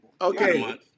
Okay